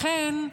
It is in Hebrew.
לכן,